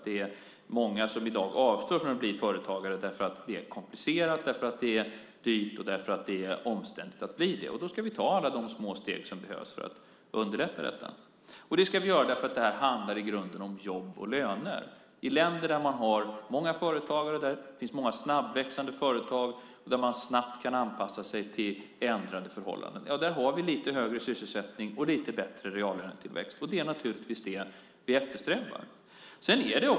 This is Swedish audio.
Det är många som i dag avstår från att bli företagare därför att det är komplicerat, dyrt och omständligt, och då ska vi ta alla de små steg som behövs för att underlätta detta. Det ska vi göra därför att det här i grunden handlar om jobb och löner. I länder där man har många företagare, där det finns många snabbväxande företag och där man snabbt kan anpassa sig till ändrade förhållanden har vi lite högre sysselsättning och lite bättre reallönetillväxt. Det är naturligtvis detta vi eftersträvar.